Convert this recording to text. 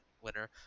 winner